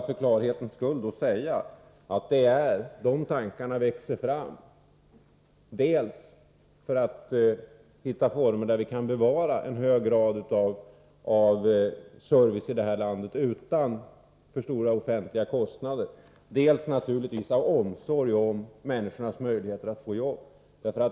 För klarhetens skull vill jag bara säga att dessa tankar växer fram dels för att man skall försöka hitta former där vi kan bevara en hög grad av service i det här landet utan alltför stora offentliga kostnader, dels naturligtvis för att man skall kunna visa omsorg om människornas möjligheter att få jobb.